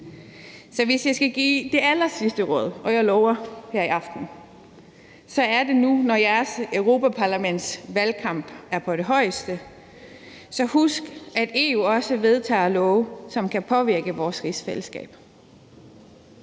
Så hvis jeg skal give det allersidste råd, og det lover jeg her i aften, så er det, når nu jeres europaparlamentsvalgkamp er på det højeste, at huske, at EU også vedtager love, som kan påvirke vores rigsfællesskab.